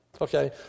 Okay